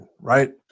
right